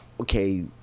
okay